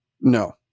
No